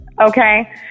Okay